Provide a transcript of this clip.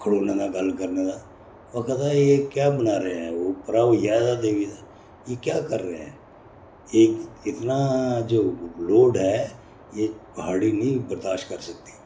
खड़ोने दा गल्ल करने दा आखै दा एह् क्या बना रहें हैं ओह् उप्परा होई आए दा हा देवी दा एह् क्या कर रहे हैं इतना जो लोड है यह प्हाड़ी नहीं बर्दाशत कर सकती